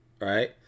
right